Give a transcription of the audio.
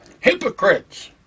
Hypocrites